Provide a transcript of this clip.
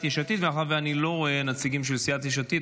מאחר שאני לא רואה נציגים של סיעת יש עתיד,